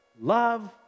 love